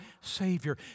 Savior